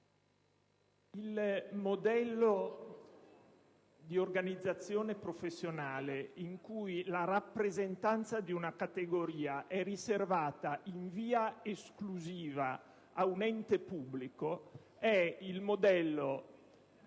il modello di organizzazione professionale in cui la rappresentanza di una categoria è riservata in via esclusiva a un ente pubblico è quello proprio